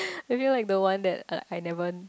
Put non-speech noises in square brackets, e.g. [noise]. [laughs] have you like the one that uh I never